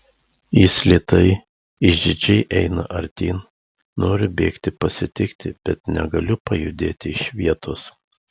jis lėtai išdidžiai eina artyn noriu bėgti pasitikti bet negaliu pajudėti iš vietos